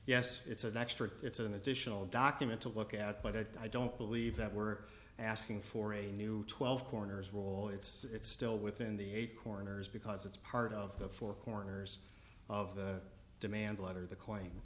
yes it's an extra it's an additional document to look at but i don't believe that we're asking for a new twelve corners roll it's still within the eight corners because it's part of the four corners of the demand letter the c